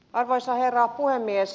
arvoisa herra puhemies